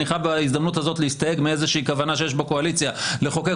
ובהזדמנות הזאת אני חייב להסתייג מאיזושהי כוונה שיש בקואליציה לחוקק